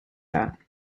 that